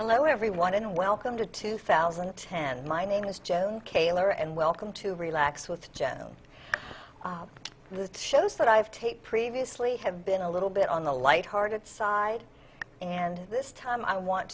hello everyone and welcome to two thousand and ten my name is joan kaylor and welcome to relax with jan i used shows that i've taped previously have been a little bit on the lighthearted side and this time i want